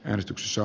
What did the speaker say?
äänestyksessä